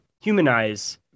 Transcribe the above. humanize